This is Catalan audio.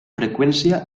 freqüència